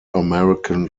american